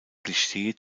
klischee